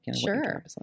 Sure